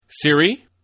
Siri